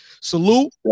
salute